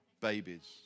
babies